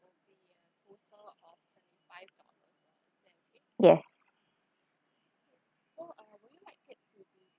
yes